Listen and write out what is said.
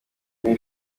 iyi